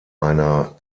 einer